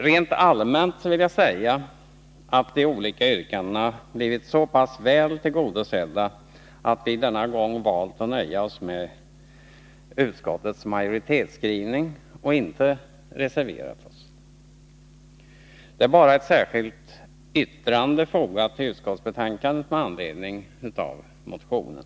Rent allmänt vill jag säga att de olika yrkandena har blivit så pass väl tillgodosedda att vi denna gång har valt att nöja oss med utskottets majoritetsskrivning och att inte reservera oss. Det är bara ett särskilt yttrande fogat till utskottsbetänkandet med anledning av motionen.